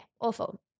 awful